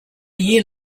year